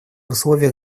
условиях